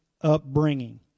upbringing